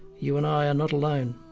you and i are not alone.